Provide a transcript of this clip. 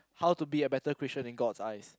How to be a better Christian in god's eyes